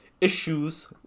issues